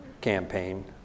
campaign